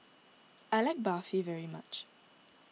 I like Barfi very much